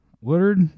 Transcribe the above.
Woodard